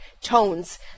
tones